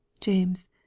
JAMES